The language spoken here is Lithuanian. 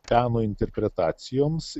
peno interpretacijoms